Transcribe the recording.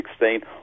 2016